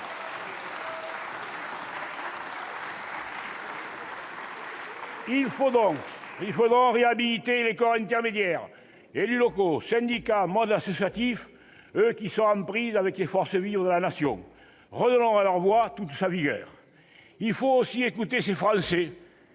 Il faut donc réhabiliter les corps intermédiaires : élus locaux, syndicats, monde associatif, eux qui sont en prise avec les forces vives de la Nation. Redonnons à leur voix toute sa vigueur ! Il faut aussi écouter ces Français